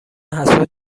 حسود